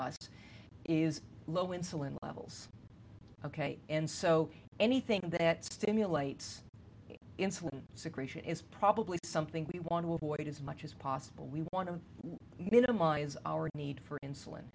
us is low insulin levels ok and so anything that stimulates insulin secretion is probably something we want to avoid as much as possible we want to minimize our need for insulin